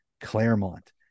Claremont